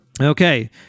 Okay